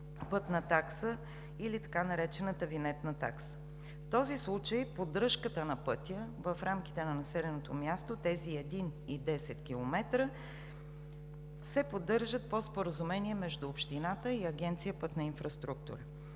път и са от други краища на България. В този случай поддръжката на пътя, в рамките на населеното място, тези 1 и 10 км, се поддържат по споразумение между общината и Агенция „Пътна инфраструктура“.